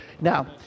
Now